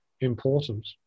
important